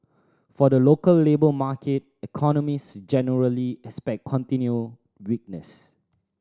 for the local labour market economists generally expect continued weakness